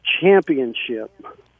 championship